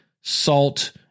salt